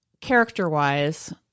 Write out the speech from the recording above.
character-wise